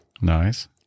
Nice